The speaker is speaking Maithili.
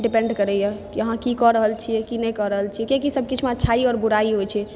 डिपेण्ड करैया कि अहाँ की कऽ रहल छियै की नहि कऽ रहल छियै कियाकि सब चिजमे अच्छाई और बुड़ाई होइ छै